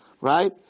right